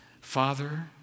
Father